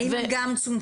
האם הם גם צומצמו?